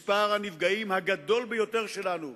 מספר הנפגעים הגדול ביותר שלנו,